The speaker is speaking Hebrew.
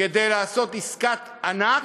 כדי לעשות עסקת ענק,